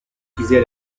utilisées